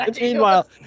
meanwhile